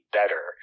better